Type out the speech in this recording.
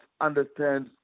understand